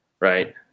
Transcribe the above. right